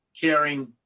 caring